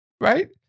right